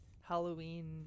Halloween